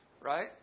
Right